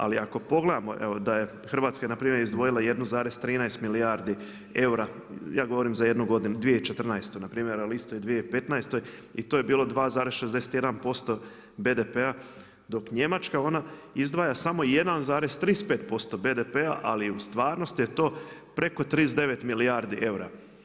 Ali ako pogledamo da je Hrvatska npr. izdvojila 1,13 milijardi eura ja govorim za jednu godinu 2014. npr. ali isto je i u 2015. i to je bilo 2,61% BDP-a dok Njemačka ona izdvaja samo 1,35% BDP-a ali u stvarnosti je to preko 39 milijardi eura.